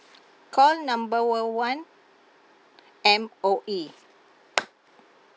call number uh one M_O_E